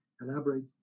elaborate